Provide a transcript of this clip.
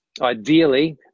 ideally